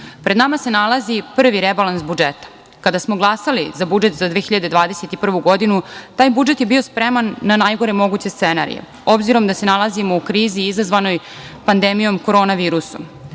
pred nama se nalazi prvi rebalans budžeta. Kada smo glasali za budžet za 2021. godinu, taj budžet je bio spreman na najgore moguće scenarije, obzirom da se nalazimo u krizi izazvanoj pandemijom korona virusa.